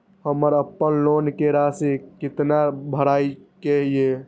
हमर अपन लोन के राशि कितना भराई के ये?